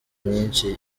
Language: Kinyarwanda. nyinshi